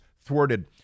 thwarted